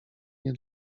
nie